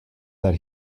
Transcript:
that